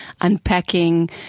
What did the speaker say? unpacking